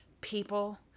people